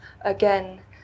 again